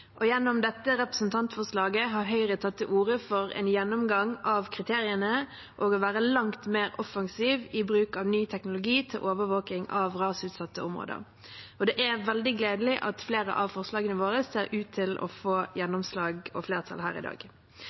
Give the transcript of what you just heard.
Gjennom dette representantforslaget har Høyre tatt til orde for en gjennomgang av kriteriene og å være langt mer offensiv i bruk av ny teknologi til overvåking av rasutsatte områder. Det er veldig gledelig at flere av forslagene våre ser ut til å få gjennomslag og flertall her i dag.